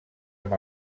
amb